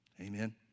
Amen